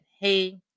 hey